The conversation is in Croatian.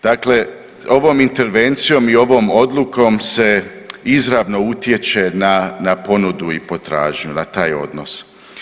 Dakle, ovom intervencijom i ovom odlukom se izravno utječe na, na ponudu i potražnju, na taj odnos.